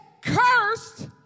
Cursed